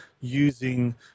using